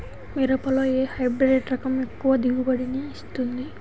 మిరపలో ఏ హైబ్రిడ్ రకం ఎక్కువ దిగుబడిని ఇస్తుంది?